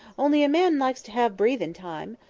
only a man likes to have breathing-time,